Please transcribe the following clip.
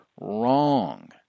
Wrong